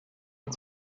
und